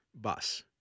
bus